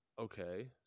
Okay